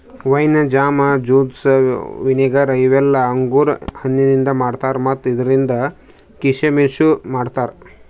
wine, jam, juice, vinegar ಇವೆಲ್ಲ ಅಂಗುರ್ ಹಣ್ಣಿಂದ್ ಮಾಡ್ತಾರಾ ಮತ್ತ್ ಇದ್ರಿಂದ್ ಕೀಶಮಿಶನು ಮಾಡ್ತಾರಾ